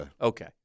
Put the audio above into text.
Okay